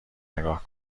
نگاه